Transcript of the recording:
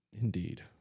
indeed